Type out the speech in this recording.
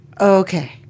okay